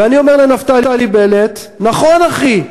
ואני אומר לנפתלי בנט: נכון, אחי.